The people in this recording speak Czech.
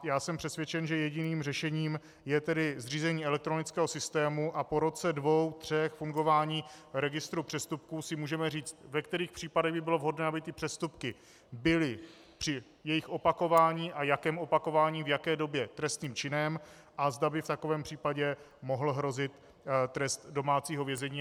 Já jsem přesvědčen, že jediným řešením je zřízení elektronického systému a po roce, dvou, třech fungování registru přestupků si můžeme říct, ve kterých případech by bylo vhodné, aby přestupky byly při jejich opakování, a jakém opakování, v jaké době, trestným činem a zda by v takovém případě mohl hrozit trest domácího vězení.